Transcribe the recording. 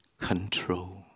control